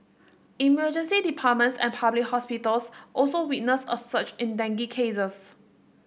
emergency departments at public hospitals also witnessed a surge in dengue cases